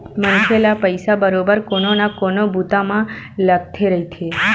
मनखे ल पइसा बरोबर कोनो न कोनो बूता म लगथे रहिथे